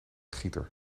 gieter